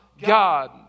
God